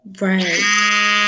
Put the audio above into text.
Right